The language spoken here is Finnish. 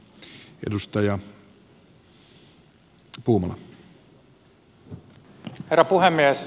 herra puhemies